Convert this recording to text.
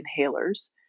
inhalers